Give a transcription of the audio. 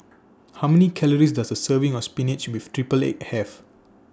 How Many Calories Does A Serving of Spinach with Triple Egg Have